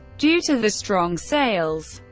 due to the strong sales,